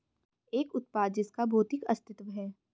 एक उत्पाद जिसका भौतिक अस्तित्व है?